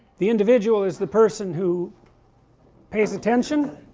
the individual is the person who pays attention